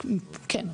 כן.